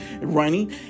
running